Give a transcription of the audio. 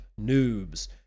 noobs